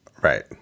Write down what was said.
Right